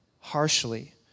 harshly